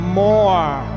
more